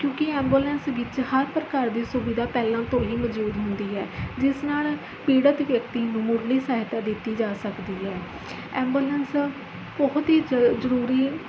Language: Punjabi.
ਕਿਉਂਕਿ ਐਂਬੂਲੈਂਸ ਵਿੱਚ ਹਰ ਪ੍ਰਕਾਰ ਦੀ ਸੁਵਿਧਾ ਪਹਿਲਾਂ ਤੋਂ ਹੀ ਮੌਜੂਦ ਹੁੰਦੀ ਹੈ ਜਿਸ ਨਾਲ਼ ਪੀੜਤ ਵਿਅਕਤੀ ਨੂੰ ਮੁੱਢਲੀ ਸਹਾਇਤਾ ਦਿੱਤੀ ਜਾ ਸਕਦੀ ਹੈ ਐਂਬੂਲੈਂਸ ਬਹੁਤ ਹੀ ਜ਼ ਜ਼ਰੂਰੀ